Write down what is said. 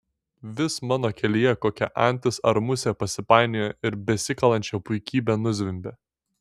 vis mano kelyje kokia antis ar musė pasipainioja ir besikalančią puikybę nuzvimbia